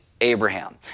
Abraham